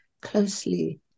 closely